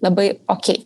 labai okei